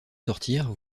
sortir